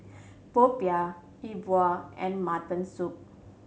popiah E Bua and mutton soup